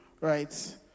Right